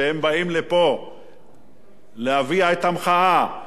להביע את המחאה, והקימו את אוהל המחאה.